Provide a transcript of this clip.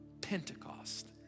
Pentecost